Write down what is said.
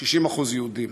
60% יהודים.